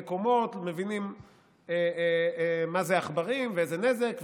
קומות ומבינים מה זה עכברים ואיזה נזק זה,